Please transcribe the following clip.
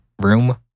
room